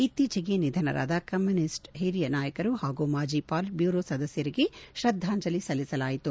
ಇತ್ತೀಚೆಗೆ ನಿಧನರಾದ ಕಮ್ಮೂನಿಸ್ಟ್ ಹಿರಿಯ ನಾಯಕರು ಹಾಗೂ ಮಾಜಿ ಪಾಲಿಟ್ ಬ್ಲೂರೋ ಸದಸ್ನರಿಗೆ ಶ್ರದ್ದಾಂಜಲಿ ಸಲ್ಲಿಸಲಾಯಿತು